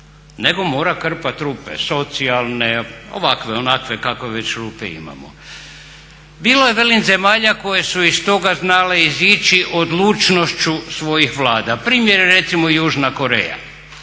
nego mora krpat rupe socijalne, ovakve, onakve kakve već rupe imamo. Bilo je velim zemalja koje su iz toga znale izići odlučnošću svojih Vlada. Primjer je recimo južna Koreja